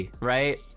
Right